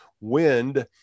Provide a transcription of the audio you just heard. wind